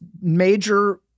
major